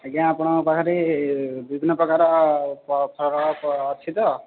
ଆଜ୍ଞା ଆପଣଙ୍କ ପାଖରେ ବିଭିନ୍ନ ପ୍ରକାର ଫଳ ଅଛି ତ